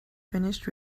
finished